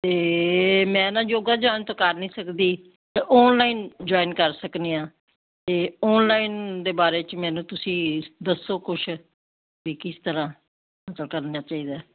ਅਤੇ ਮੈਂ ਨਾ ਜੋਗਾ ਜੁਆਇਨ ਤਾਂ ਕਰ ਨਹੀਂ ਸਕਦੀ ਅਤੇ ਓਨਲਾਈਨ ਜੁਆਇਨ ਕਰ ਸਕਦੀ ਹਾਂ ਅਤੇ ਓਨਲਾਈਨ ਦੇ ਬਾਰੇ 'ਚ ਮੈਨੂੰ ਤੁਸੀਂ ਦੱਸੋ ਕੁਛ ਵੀ ਕਿਸ ਤਰ੍ਹਾਂ ਕਰਨਾ ਚਾਹੀਦਾ